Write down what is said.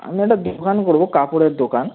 আমরা একটা দোকান করবো কাপড়ের দোকান